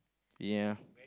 ya